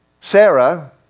Sarah